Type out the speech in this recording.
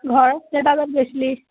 ঘৰ কেইটা বজাত গেছিলি